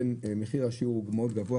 בין מחיר השיעור הוא מאוד גבוה,